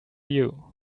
you